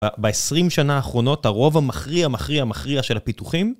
בעשרים שנה האחרונות, הרוב המכריע, מכריע, מכריע של הפיתוחים.